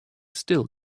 still